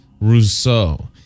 Rousseau